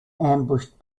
ambushed